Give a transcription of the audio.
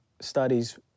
studies